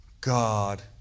God